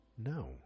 no